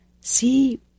see